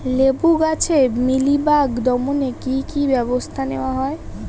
লেবু গাছে মিলিবাগ দমনে কী কী ব্যবস্থা নেওয়া হয়?